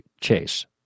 chase